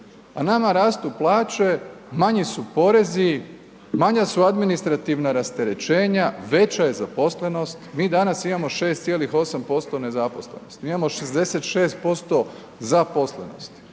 A nama rastu plaće, manji su porezi, manja su administrativna rasterećenja, veća je zaposlenost, mi danas imamo 6,8% nezaposlenosti, mi imamo 66% zaposlenosti.